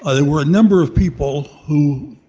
ah there were a number of people who,